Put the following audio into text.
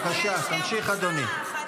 בבקשה להמשיך, אדוני.